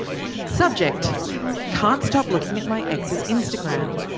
subject can't stop looking at my ex's instagram